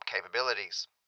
capabilities